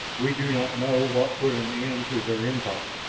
we do not know what put an end to their empire.